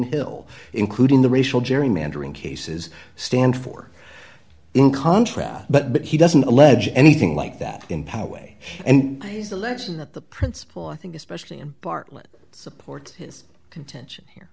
hill including the racial gerrymandering cases stand for in contrast but but he doesn't allege anything like that in power way and his election that the principle i think especially in bartlett supports his contention here